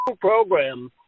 program